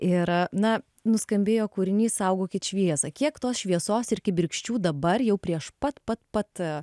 ir na nuskambėjo kūrinys saugokit šviesą kiek tos šviesos ir kibirkščių dabar jau prieš pat pat pat